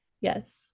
yes